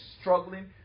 struggling